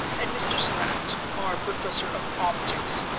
and mr. slant, our professor of optics,